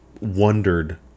wondered